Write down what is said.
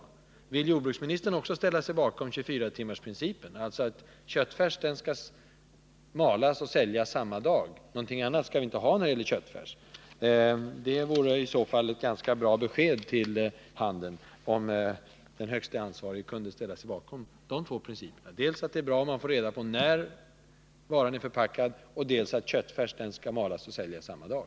Min andra fråga är: Vill jordbruksministern också ställa sig bakom den 24-timmarsprincipen, alltså att köttfärs skall malas och säljas under samma 1 att garantera god kvalitet på paketerad köttfärs dag? Någon annan princip skall vi inte ha när det gäller köttfärs. Det vore ett bra besked till handeln, om den högste ansvarige kunde ställa sig bakom de två principerna: dels att det är bra att köparen får reda på när varan är förpackad, dels att köttfärsen skall malas och säljas samma dag.